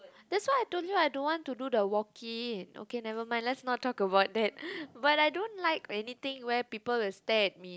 that's why I told you I don't want to do the walk in okay never mind let's not talk about that but I don't like or anything where people will stare at me